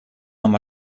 amb